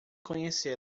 conhecê